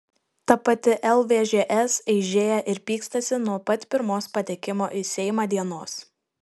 ta pati lvžs eižėja ir pykstasi nuo pat pirmos patekimo į seimą dienos